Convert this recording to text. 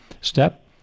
step